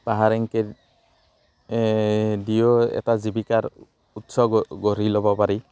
চাহাৰ এনেকৈ দিও এটা জীৱিকাৰ উৎস গঢ়ি ল'ব পাৰি